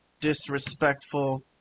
disrespectful